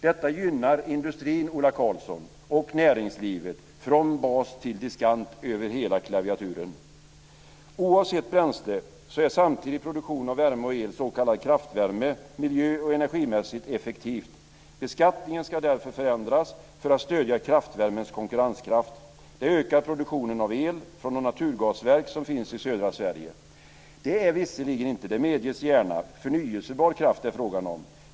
Detta gynnar industrin och näringslivet, Ola Karlsson, från bas till diskant över hela klaviaturen. Oavsett bränsle är samtidig produktion av värme och el, s.k. kraftvärme, miljö och energimässigt effektiv. Beskattningen ska därför förändras för att stödja kraftvärmens konkurrenskraft. Det ökar produktionen av el från de naturgasverk som finns i södra Sverige. Det är visserligen inte, det medges gärna, förnyelsebar kraft det är fråga om.